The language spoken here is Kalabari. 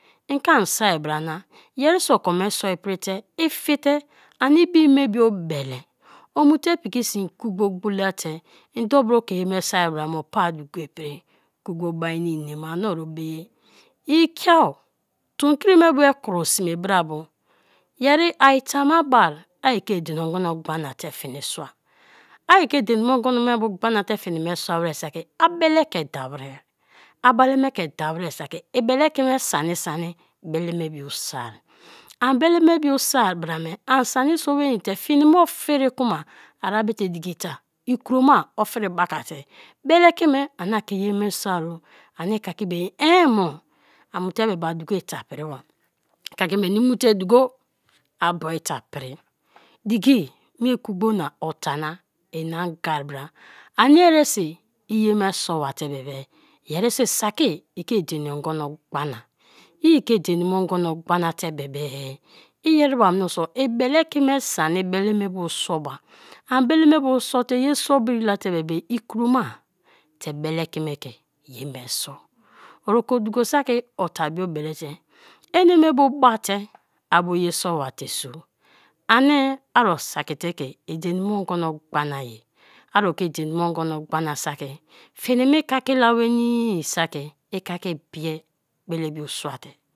Ike a soa barana, yeriso okoe soa prite i fie te ani i be me bio bele, o mute piki sin kugbo gbolar te ende obro ke ye me soa bra mo pa duko pri, kugbo bai ne nema-a ani orube-e ikiao tomkri me bu kro sme bra mo yeri ai tama ba ike edeni ogono gbana te fini soa, ai ke edeni me ogono gbana te fini soa were saki a bele ke da were, a bele me ke da were saki i eleki me sani sani bele me bia soni an bele me bio soai bra me ai sani so nwet nii te fini me ofiri kuma ara be te diki ita ikroma ofiri bakate, bele ki me ani ke ye me soa-o, ani ikaki be ye eeh a mute a duko i ta priba; i kaki meni mute duko abota pri, diki me kugbo na ota na ina gan bra ani eresi iye: me sa ba te be be yeri so i saki ike edeni ogono gbana ike edeni me ogono gbana te be be i gerima mooso ibelekime sani bele me bu so ba, ani bele me bu so te ye so biri la te be be ikroma te beleki me ke ye me so; ori ko duka saki ota blo belete; enebo bate a bo ye so ba te so ani aro sakite ke edeni mo ogono gbana ye, aro ki edeni me ogono gbana saki fini me ikake la nwenii saki ikaki biei belebio suate